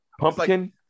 Pumpkin